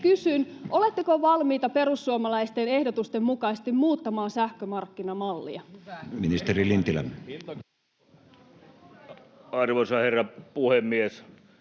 Kysyn: oletteko valmiita perussuomalaisten ehdotusten mukaisesti muuttamaan sähkömarkkinamallia? [Speech 73] Speaker: Matti